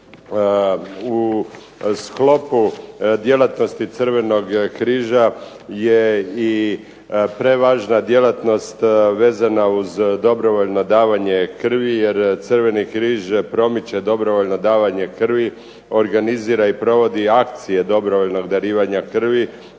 U sklopu djelatnosti Crvenog križa je i prevažna djelatnost vezana uz dobrovoljno davanje krvi, jer Crveni križ promiče dobrovoljno davanje krvi, organizira i provodi akcije dobrovoljnog davanja krvi,